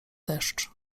deszcz